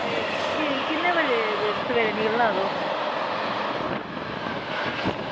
ते किन्ने बजे सबेरै निकलना तोह्